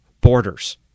borders